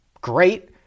great